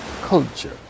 culture